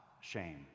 shame